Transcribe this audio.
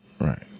right